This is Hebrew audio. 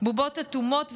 בובות אטומות וסגורות,